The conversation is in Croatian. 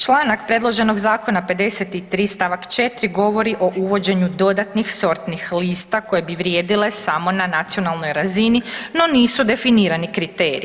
Članak predloženog zakona 53. stavak 4. govori o uvođenju dodatnih sortnih lista, a koje bi vrijedile samo na nacionalnoj razini no nisu definirani kriteriji.